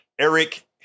Eric